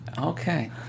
Okay